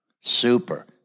super